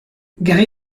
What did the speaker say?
gary